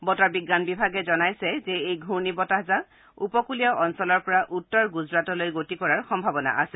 বতৰ বিজ্ঞান বিভাগে জনাইছে যে এই ঘূৰ্ণি বতাহ উপকলীয় অঞ্চলৰ পৰা উত্তৰ গুজৰাটলৈ গতি কৰাৰ সম্ভাৱনা আছে